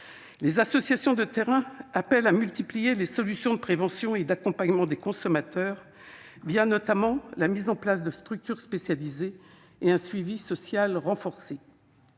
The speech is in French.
Les associations de terrain appellent à multiplier les solutions de prévention et d'accompagnement des consommateurs, avec notamment la mise en place de structures spécialisées et un suivi social renforcé.